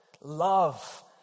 love